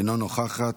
אינה נוכחת,